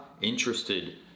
interested